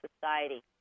society